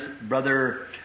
Brother